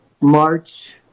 March